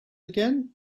again